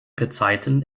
gezeiten